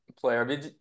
player